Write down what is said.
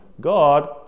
God